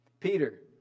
Peter